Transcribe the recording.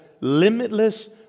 limitless